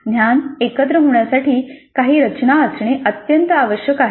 ज्ञान एकत्र होण्यासाठी काही रचना असणे अत्यंत आवश्यक आहे